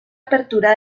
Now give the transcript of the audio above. apertura